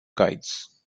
guides